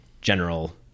general